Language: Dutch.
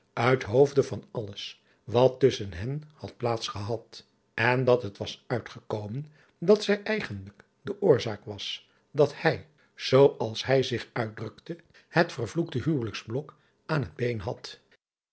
uit hoofde van alles wat tusschen hen had driaan oosjes zn et leven van illegonda uisman plaats gehad en dat het was uitgekomen dat zij eigenlijk de oorzaak was dat hij zoo als hij zich uitdrukte het vervloekte huwelijksblok aan het been had